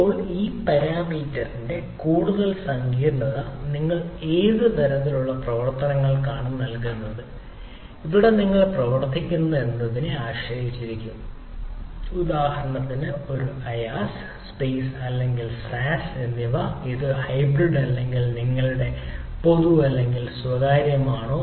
ഇപ്പോൾ ഈ പാരാമീറ്ററിന്റെ കൂടുതൽ സങ്കീർണ്ണത നിങ്ങൾ ഏത് തലത്തിലുള്ള പ്രവർത്തനങ്ങളാണ് നടത്തുന്നത് എവിടെയാണ് നിങ്ങൾ പ്രവർത്തിക്കുന്നത് എന്നതിനെ ആശ്രയിച്ചിരിക്കുന്നു അതായത് ഒരു IaaS സ്പേസ് അല്ലെങ്കിൽ SaaS അല്ലെങ്കിൽ ഇത് ഒരു ഹൈബ്രിഡ് അല്ലെങ്കിൽ നിങ്ങളുടെ പൊതു അല്ലെങ്കിൽ സ്വകാര്യമാണോ